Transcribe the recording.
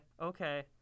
okay